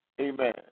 amen